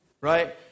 right